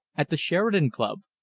at the sheridan club,